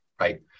right